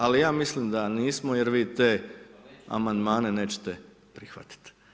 Ali ja mislim da nismo jer vi te amandmane nećete prihvatiti.